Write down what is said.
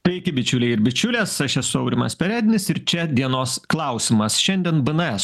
veiki bičiuliai ir bičiulės aš esu aurimas perednis ir čia dienos klausimas šiandien bns